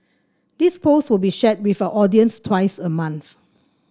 this post will be shared with our audience twice a month